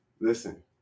Listen